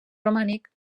romànic